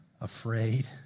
afraid